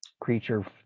creature